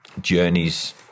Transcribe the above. journeys